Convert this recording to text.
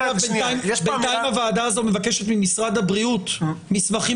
בנתיים הוועדה הזאת מבקשת ממשרד הבריאות מסמכים